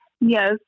Yes